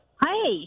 Hi